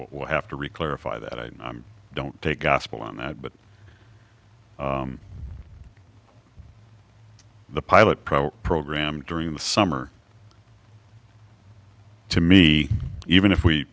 will have to re clarify that i don't take gospel on that but the pilot program during the summer to me even if we